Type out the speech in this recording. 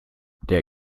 der